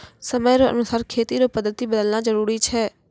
समय रो अनुसार खेती रो पद्धति बदलना जरुरी छै